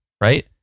right